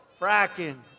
fracking